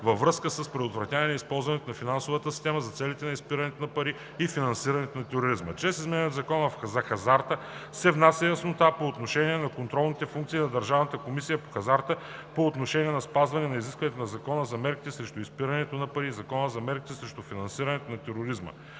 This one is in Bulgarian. във връзка с предотвратяване използването на финансовата система за целите на изпирането на пари и финансирането на тероризма. Чрез измененията в Закона за хазарта се внася яснота по отношение на контролните функции на Държавната комисия по хазарта по отношение на спазване на изискванията на Закона за мерките срещу изпирането на пари и Закона за мерките срещу финансирането на тероризма